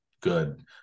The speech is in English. good